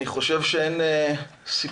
אני חושב שאין סיפור